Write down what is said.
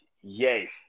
Yay